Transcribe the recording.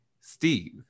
Steve